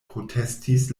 protestis